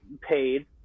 paid